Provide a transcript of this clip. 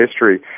history